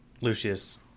Lucius